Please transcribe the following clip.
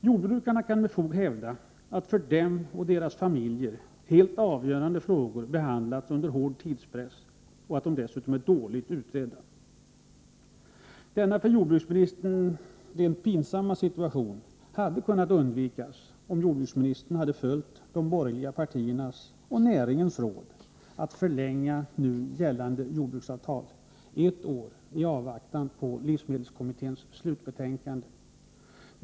Jordbrukarna kan med fog hävda att för dem och deras familjer helt avgörande frågor behandlas under hård tidspress och att de dessutom är dåligt utredda. Denna för jordbruksministern pinsamma situation hade kunnat undvikas, om jordbruksministern hade följt de borgerliga partiernas och näringens råd att förlänga nu gällande jordbruksavtal ett år i avvaktan på livsmedelskommitténs slutbetänkande.